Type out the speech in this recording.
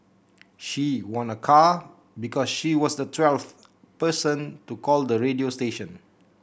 she won a car because she was the twelfth person to call the radio station